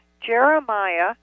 Jeremiah